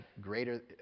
greater